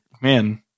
man